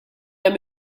hemm